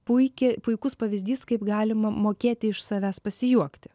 puiki puikus pavyzdys kaip galima mokėti iš savęs pasijuokti